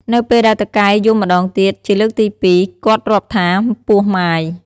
នៅពេលដែលតុកែយំម្ដងទៀត ជាលើកទី ២ គាត់រាប់ថា ពោះម៉ាយ ។